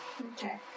Okay